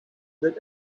that